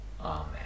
Amen